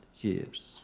years